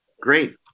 Great